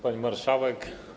Pani Marszałek!